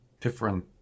different